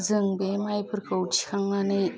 जों बे माइफोरखौ थिखांनानै